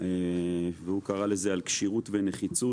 והוא קרא לזה 'על כשירות ונחיצות'